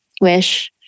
wish